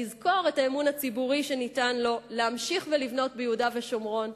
לזכור את האמון הציבורי שניתן לו להמשיך ולבנות ביהודה ושומרון.